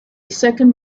second